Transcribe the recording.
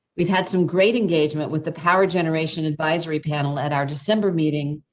we've had some great engagement with the power generation advisory panel at our december meeting.